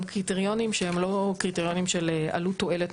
קריטריונים שהם לא קריטריונים של עלות-תועלת,